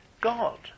God